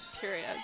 period